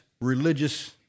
religious